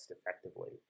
effectively